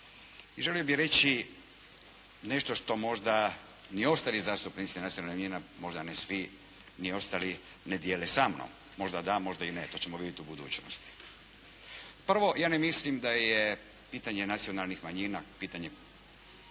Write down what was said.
I želio bih reći nešto što možda ni ostali zastupnici nacionalnih manjina, možda ne svi ni ostali ne dijele sa mnom. Možda da, možda ne, to ćemo vidjeti u budućnosti. Prvo, ja ne mislim da je pitanje nacionalnih manjina pitanje